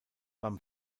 beim